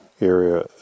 area